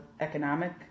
economic